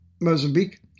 Mozambique